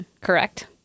correct